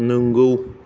नोंगौ